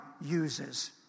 uses